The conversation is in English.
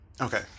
Okay